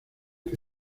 que